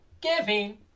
Giving